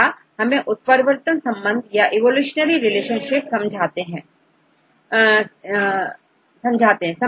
या हमें उत्परिवर्तन संबंध या इवोल्यूशनरी रिलेशनशिप्स समझाते हैं